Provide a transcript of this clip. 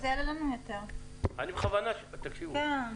לא הבנתי למה זה לקח תשעה ימים?